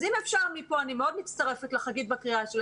אני מצטרפת מאוד לקריאה של חגית.